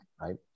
right